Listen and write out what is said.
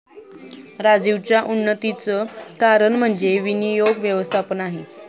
राजीवच्या उन्नतीचं कारण म्हणजे विनियोग व्यवस्थापन आहे